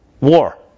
war